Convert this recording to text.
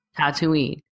Tatooine